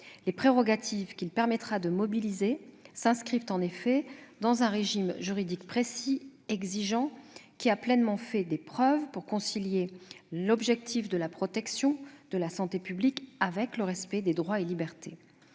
Les prérogatives qu'il permettra de mobiliser s'inscrivent en effet dans un régime juridique précis et exigeant, qui a pleinement fait ses preuves pour concilier l'objectif de protection de la santé publique avec le respect des droits et libertés.